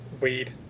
weed